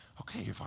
okay